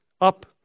up